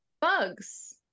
Bugs